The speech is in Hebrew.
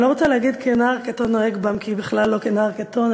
אני לא רוצה להגיד "נער קטֹן נהג בם" כי היא בכלל לא כנער קטון,